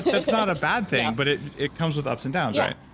that's not a bad thing, but it it comes with ups and downs, right?